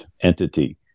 entity